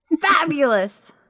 fabulous